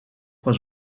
was